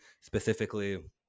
specifically